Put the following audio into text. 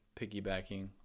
piggybacking